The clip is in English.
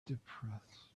depressed